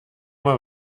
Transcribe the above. mal